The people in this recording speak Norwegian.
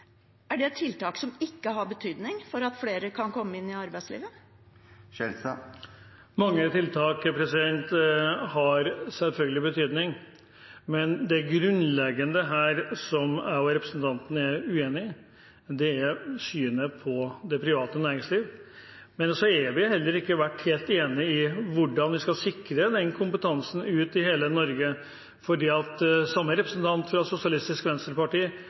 Er det tiltak som ikke har betydning for at flere kan komme inn i arbeidslivet? Mange tiltak har selvfølgelig betydning, men det grunnleggende som jeg og representanten er uenige om, er synet på det private næringsliv. Vi har heller ikke vært helt enige om hvordan vi skal sikre den kompetansen ute i hele Norge. Samme representant fra Sosialistisk Venstreparti